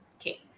Okay